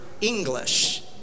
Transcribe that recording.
English